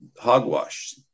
hogwash